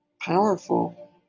powerful